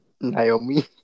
Naomi